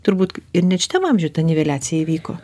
turbūt ir net šiam amžiuj ta niveliacija įvyko